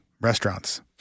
restaurants